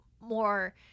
more